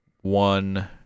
one